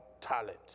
talent